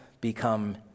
become